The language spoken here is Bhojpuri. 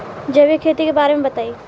जैविक खेती के बारे में बताइ